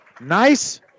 Nice